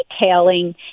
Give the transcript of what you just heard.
detailing